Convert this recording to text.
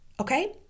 okay